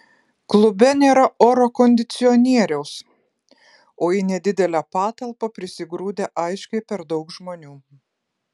klube nėra oro kondicionieriaus o į nedidelę patalpą prisigrūdę aiškiai per daug žmonių